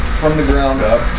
from-the-ground-up